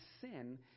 sin